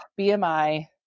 BMI